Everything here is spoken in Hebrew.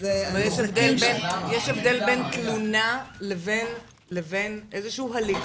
--- יש הבדל בין תלונה לבין איזשהו הליך.